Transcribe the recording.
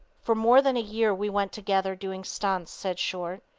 for more than a year we went together doing stunts, said short.